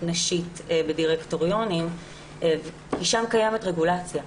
נשית בדירקטוריונים כי שם קיימת רגולציה.